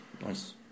Nice